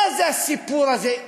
מה זה הסיפור הזה?